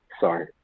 sorry